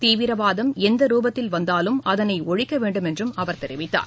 தீவிரவாதம் எந்த ரூபத்தில் வந்தாலும் அதனைஒழிக்கவேண்டும் என்றுஅவர் தெரிவித்தார்